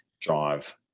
drive